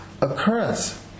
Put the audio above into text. occurrence